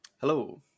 Hello